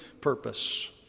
purpose